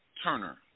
Turner